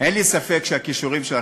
אין לי ספק שהכישורים שלך,